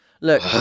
look